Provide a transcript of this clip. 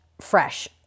Fresh